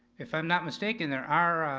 if i'm not mistaken, there are,